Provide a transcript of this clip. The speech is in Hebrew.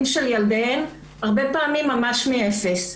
של ילדיהן והרבה פעמים לעשות זאת ממש מאפס.